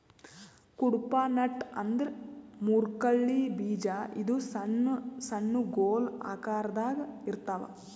Cuddapah nut ಅಂದ್ರ ಮುರ್ಕಳ್ಳಿ ಬೀಜ ಇದು ಸಣ್ಣ್ ಸಣ್ಣು ಗೊಲ್ ಆಕರದಾಗ್ ಇರ್ತವ್